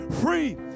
free